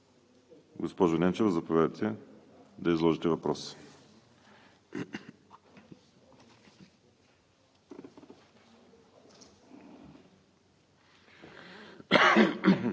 Госпожо Ненчева, заповядайте, да изложите въпроса